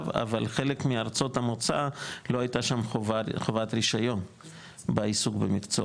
אבל חלק מארצות המוצא לא הייתה שם חובת רישיון בעיסוק במקצוע